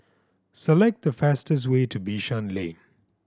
select the fastest way to Bishan Lane